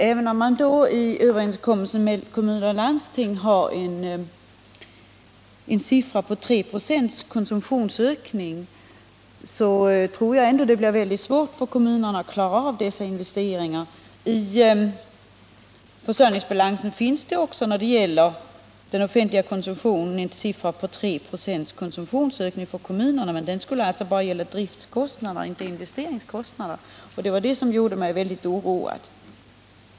Även om en konsumtionsökning på 3 96 har angivits i överenskommelsen med kommuner och landsting, tror jag det blir mycket svårt för kommunerna att klara av dessa investeringar. Också i försörjningsbalansen har 396 konsumtionsökning för kommunerna angivits när det gäller den offentliga konsumtionen, men detta gäller bara för driftkostnaderna, inte investeringskostnaderna. Det var detta som gjorde mig så oroad.